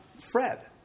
Fred